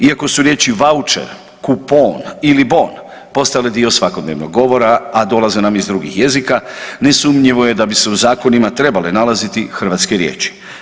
Iako su riječi „vaučer“, „kupon“ ili „bon“ postale dio svakodnevnog govora, a dolaze nam iz drugih jezika, nesumnjivo je da bi se u zakonima trebale nalaziti hrvatske riječi.